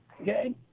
Okay